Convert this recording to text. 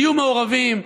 תהיו מעורבים.